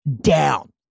down